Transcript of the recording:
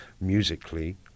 musically